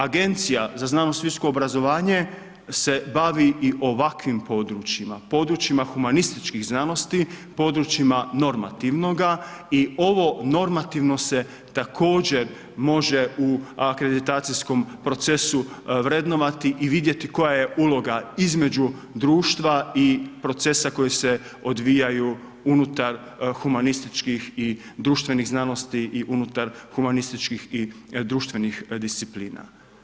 Agencija za znanost i visoko obrazovanje se bavi i ovakvim područjima, područjima humanističkih znanosti, područjima normativnoga i ovo normativno se također može u akreditacijskom procesu vrednovati i vidjeti koja je uloga između društva i procesa koji se odvijaju unutar humanističkih i društvenih znanosti i unutar humanističkih i društvenih disciplina.